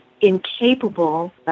incapable